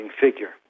figure